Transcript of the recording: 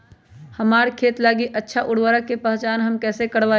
हमार खेत लागी अच्छा उर्वरक के पहचान हम कैसे करवाई?